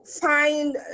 find